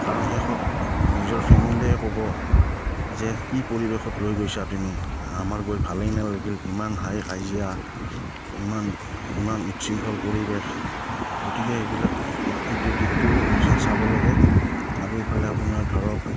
কাৰণ শেষত নিজৰ ফেমিলিয়ে ক'ব যে কি পৰিৱেশত লৈ গৈছা তুমি আমাৰ গৈ ভালেই নালাগিল ইমান হাই কাইজিয়া ইমান ইমান উচ্ছৃঙ্খল পৰিৱেশ গতিকে এইবিলাক এইটো দিশটো চাব লাগে আৰু এইফালে আপোনাৰ ধৰক